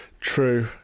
true